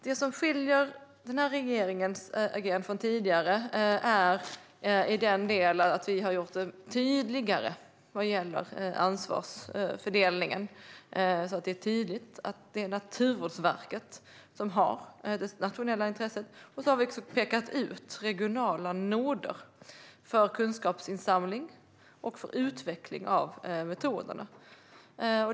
Det som skiljer den här regeringens agerande från tidigare regeringars i den delen är att vi har gjort det tydligare vad gäller ansvarsfördelningen, så att det är tydligt att det är Naturvårdsverket som har det nationella intresset. Vi har också pekat ut regionala noder för kunskapsinsamling och utveckling av metoderna.